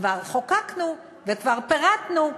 כבר חוקקנו, וכבר פירטנו,